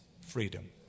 freedom